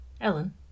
Ellen